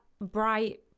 bright